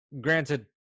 granted